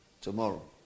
tomorrow